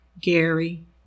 Gary